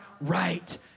right